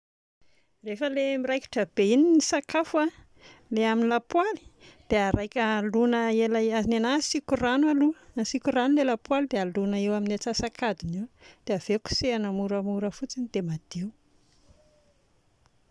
Rehefa ilay miraikitra be iny ny sakafo a, ilay amin'ny lapoaly, dia araika- alona- ela- ny anà asiako rano aloha, asiako rano ilay lapoaly dia alòna eo amin'ny atsasakadiny eo dia avy eo kosehina moramora fotsiny dia madio